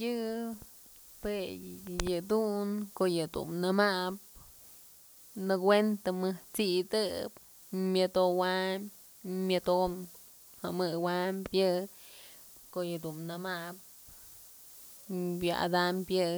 Yë jue yëdun ko'o yëdun nëmap nëkuentë jët'sidë myodowaym, myodomëmëwaym yë ko'o yë dun nëmap wa'atam yë